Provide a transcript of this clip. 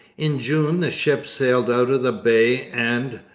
in june the ship sailed out of the bay and,